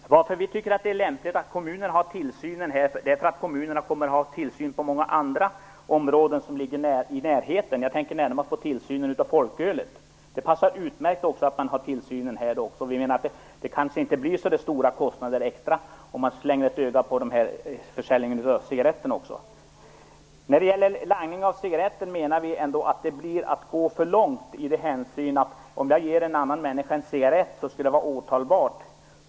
Fru talman! Anledningen till att vi tycker att det är lämpligt att kommunerna har tillsynen är att kommunerna kommer att ha tillsynen på många andra områden som ligger i närheten. Jag tänker då närmast på folkölet. Det passar då utmärkt att man har tillsynen här också. Det kanske inte blir så stora extrakostnader om man slänger ett öga också på försäljningen av cigaretter. Att straffbelägga langning av cigaretter menar vi är att gå för långt. Om jag ger en annan människa en cigarett skulle det då vara åtalbart.